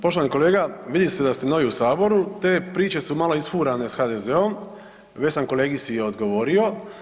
Poštovani kolega, vidi se da ste novi u saboru, te priče su malo isfurane s HDZ-om, već sam kolegici odgovorio.